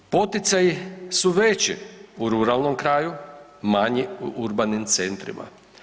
Poticaji su veći u ruralnom kraju, manji u urbanim centrima.